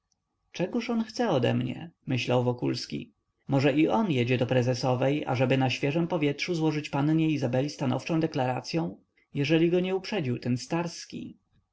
czego on chce odemnie myślał wokulski może i on jedzie do prezesowej ażeby na świeżem powietrzu złożyć pannie izabeli stanowczą deklaracyą jeżeli go nie uprzedził ten starski